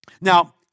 Now